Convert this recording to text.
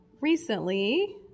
Recently